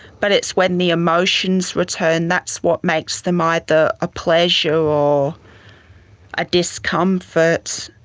but it's when the emotions return, that's what makes them either a pleasure or a discomfort.